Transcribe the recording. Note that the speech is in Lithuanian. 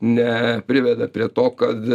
nepriveda prie to kad